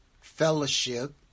fellowship